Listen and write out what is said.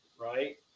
right